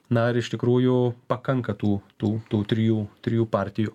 na ar iš tikrųjų pakanka tų tų tų trijų trijų partijų